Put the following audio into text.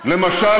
למשל,